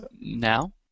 now